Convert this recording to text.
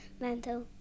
mental